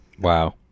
Wow